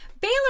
Baylor